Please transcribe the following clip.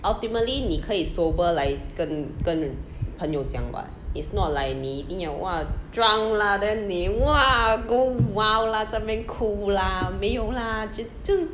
ultimately 你可以 sober like 跟跟朋友讲 what is not like 你一定要 !wah! drunk lah then 你 !wah! go wild lah 在这边哭 lah 没有啦这就